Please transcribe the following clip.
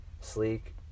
Sleek